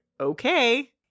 okay